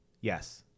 Yes